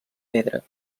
pedra